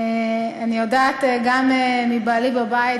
אני יודעת גם מבעלי בבית,